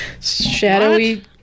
Shadowy